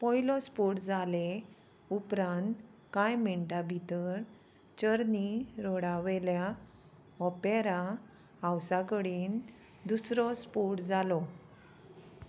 पयलो स्पोट जाले उपरांत कांय मिण्टां भितर चर्नी रोडावयल्या ऑपेरा हावसा कडेन दुसरो स्पोट जालो